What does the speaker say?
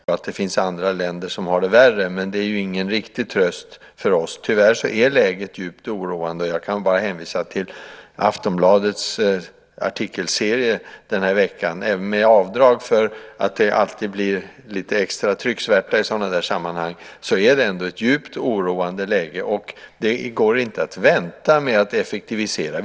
Herr talman! Det är klart att man gärna ska ta fasta på att det kan finnas även positiva inslag och att det finns andra länder som har det värre, men det är ju ingen riktig tröst för oss. Tyvärr är läget djupt oroande. Jag kan bara hänvisa till Aftonbladets artikelserie den här veckan. Även med avdrag för att det alltid blir lite extra trycksvärta i sådana här sammanhang är det ändå ett djupt oroande läge. Det går inte heller att vänta med att effektivisera.